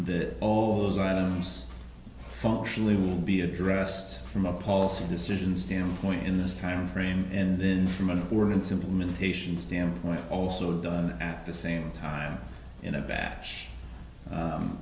the all those items function will be addressed from a policy decision standpoint in this timeframe and then from an ordinance implementation standpoint also at the same time in a batch